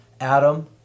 Adam